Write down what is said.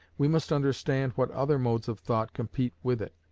we must understand what other modes of thought compete with it.